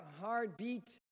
heartbeat